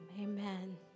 amen